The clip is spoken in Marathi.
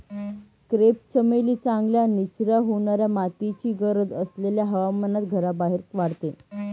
क्रेप चमेली चांगल्या निचरा होणाऱ्या मातीची गरज असलेल्या हवामानात घराबाहेर वाढते